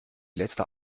letzte